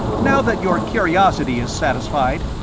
now that your curiosity is satisfied,